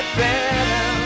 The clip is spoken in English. better